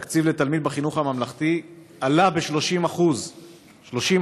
התקציב לתלמיד בחינוך עולה ב-30% בחינוך הממלכתי-דתי,